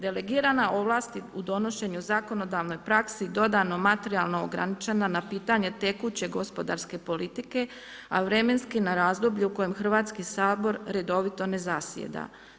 Delegirana ovlast u donošenju zakonodavnoj praksi dodano materijalno ograničena na pitanje tekuće gospodarske politike a vremenski na razdoblje u kojem Hrvatski sabor redovito ne zasjeda.